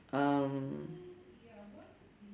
um